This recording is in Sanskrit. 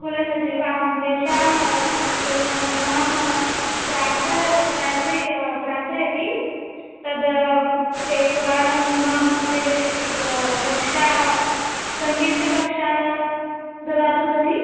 कुलसचिवः आं तेषां तेषाम् अहं प्रार्थ प्रार्थीय् प्रार्थयति तद् एकवारं मम कृते एक् कक्षा सङ्गीतकक्षा ददातु तर्हि